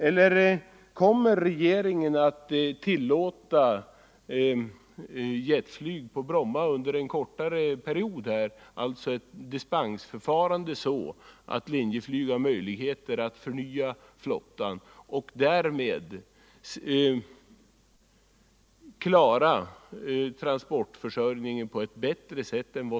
Eller kommer regeringen att tillåta jetflyg på Bromma under en kortare period, dvs. genom att tillämpa ett dispensförfarande, så att Linjeflyg får möjligheter att förnya flottan och därmed klara trafikförsörjningen på ett bättre sätt än nu?